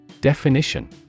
Definition